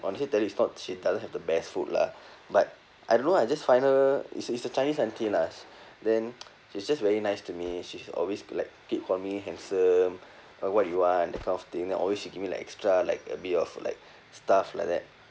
honestly tell you it's not she doesn't have the best food lah but I don't know I just find her is is a chinese auntie lah sh~ then she's just very nice to me she's always like keep call me handsome uh what you want that kind of thing then she always give me like extra like a bit of like stuff like that